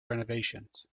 renovations